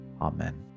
Amen